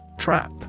Trap